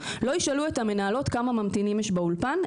כמה ממתינים יש באולפן,